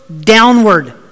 downward